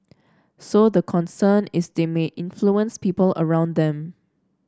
so the concern is they may influence people around them